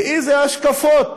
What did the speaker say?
ואיזה השקפות